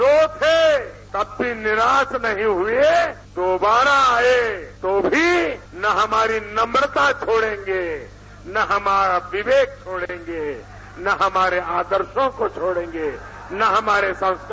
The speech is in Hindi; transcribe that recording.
दो थे तब भी निराश नहीं हुए दोबारा आये तो भी न हमारी नम्रता खायेंगे न हमारा विवेक खोयेंगे और न हमारे आदर्शो को छोड़ेंगे न हमारे संस्कार